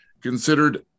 Considered